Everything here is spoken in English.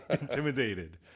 intimidated